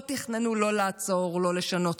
לא תכננו לא לעצור, לא לשנות.